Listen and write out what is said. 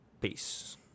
Peace